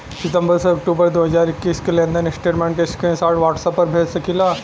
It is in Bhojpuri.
सितंबर से अक्टूबर दो हज़ार इक्कीस के लेनदेन स्टेटमेंट के स्क्रीनशाट व्हाट्सएप पर भेज सकीला?